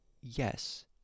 yes